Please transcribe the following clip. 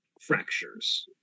fractures